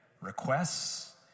requests